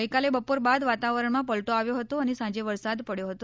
ગઇકાલે બપોર બાદ વાતાવરણમાં પલટો આવ્યો હતો અને સાંજે વરસાદ પડ્યો હતો